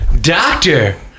Doctor